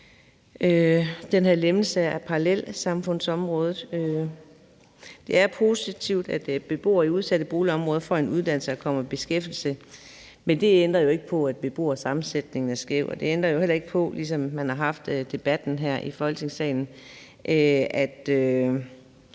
den her lempelse af parallelsamfundsområdet. Det er positivt, at beboere i udsatte boligområder får en uddannelse og kommer i beskæftigelse, men det ændrer jo ikke på, at beboersammensætningen er skæv, og det ændrer jo heller ikke på – man har også haft debatten her i Folketingssalen – at